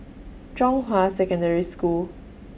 Zhonghua Secondary School